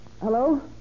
Hello